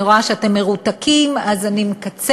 אני רואה שאתם מרותקים, אז אני מקצרת,